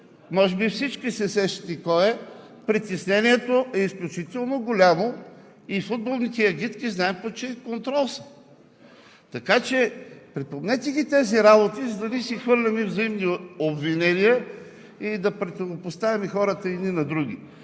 може би всички се сещате кой е, притеснението е изключително голямо и футболните агитки знаят под чий контрол са. Така че припомнете ги тези работи, за да не си хвърляме взаимни обвинения и да противопоставяме хората едни на други.